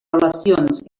relacions